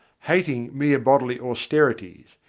hating mere bodily austerities,